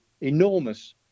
enormous